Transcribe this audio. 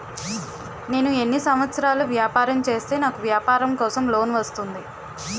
నేను ఎన్ని సంవత్సరాలు వ్యాపారం చేస్తే నాకు వ్యాపారం కోసం లోన్ వస్తుంది?